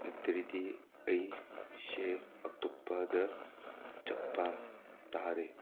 ꯅꯠꯇ꯭ꯔꯗꯤ ꯑꯩꯁꯦ ꯑꯇꯣꯞꯄꯗ ꯆꯠꯄ ꯇꯥꯔꯦ